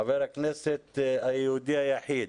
חבר הכנסת היהודי היחיד.